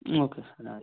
okay sir ಆಯಿತು